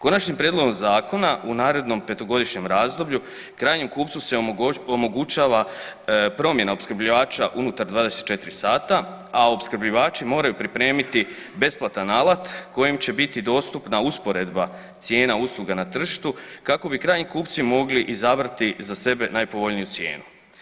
Konačnim prijedlogom zakona u narednom 5-godišnjem razdoblju krajnjem kupcu se omogućava promjena opskrbljivača unutar 24 sata, a opskrbljivači moraju pripremiti besplatan alat kojem će biti dostupna usporedba cijena usluga na tržištu kako bi krajnji kupci mogli izabrati za sebe najpovoljniju cijenu.